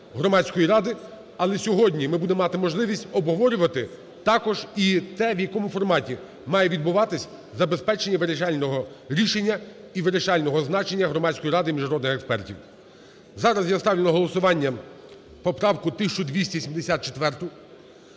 Але сьогодні ми будемо мати можливість обговорювати також і те, в якому форматі має відбуватись забезпечення вирішального рішення і вирішального значення Громадської ради міжнародних експертів. Зараз я ставлю на голосування поправку 1274